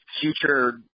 future